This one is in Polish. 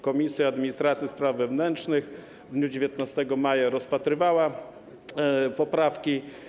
Komisja Administracji i Spraw Wewnętrznych w dniu 19 maja rozpatrzyła poprawki.